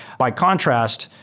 by contrast,